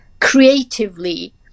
creatively